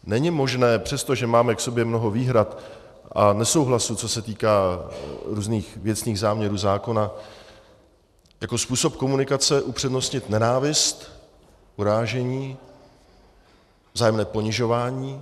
Není možné, přestože máme k sobě mnoho výhrad a nesouhlasů, co se týká různých věcných záměrů zákona, jako způsob komunikace upřednostnit nenávist, urážení, vzájemné ponižování.